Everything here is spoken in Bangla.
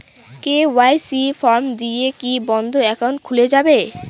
কে.ওয়াই.সি ফর্ম দিয়ে কি বন্ধ একাউন্ট খুলে যাবে?